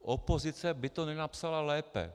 Opozice by to nenapsala lépe.